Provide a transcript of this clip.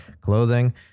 clothing